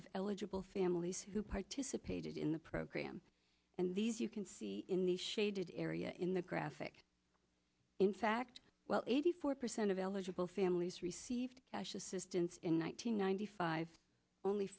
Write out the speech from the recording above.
of eligible families who participated in the program and these you can see in the shaded area in the graphic in fact well eighty four percent of eligible families received cash assistance in one thousand nine hundred five only